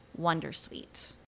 wondersuite